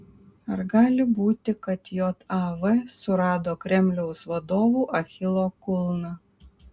ar gali būti kad jav surado kremliaus vadovų achilo kulną